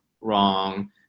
wrong